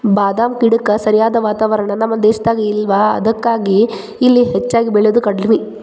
ಬಾದಾಮ ಗಿಡಕ್ಕ ಸರಿಯಾದ ವಾತಾವರಣ ನಮ್ಮ ದೇಶದಾಗ ಇಲ್ಲಾ ಅದಕ್ಕಾಗಿ ಇಲ್ಲಿ ಹೆಚ್ಚಾಗಿ ಬೇಳಿದು ಕಡ್ಮಿ